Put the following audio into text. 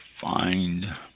find